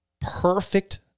perfect